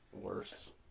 worse